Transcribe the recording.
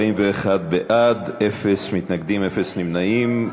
41 בעד, אין מתנגדים, אין נמנעים.